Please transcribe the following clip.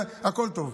הכול טוב.